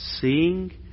seeing